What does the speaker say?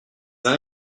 uns